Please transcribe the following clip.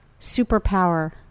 superpower